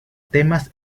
temas